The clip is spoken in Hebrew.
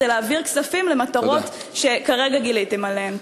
כדי להעביר כספים למטרות שכרגע גיליתם עליהן?